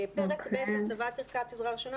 פרק ב': הצבת ערכת עזרה ראשונה,